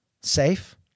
Safe